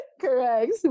Correct